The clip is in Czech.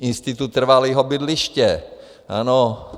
Institut trvalého bydliště, ano.